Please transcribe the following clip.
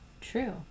true